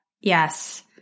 Yes